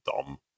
dumb